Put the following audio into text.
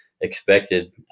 expected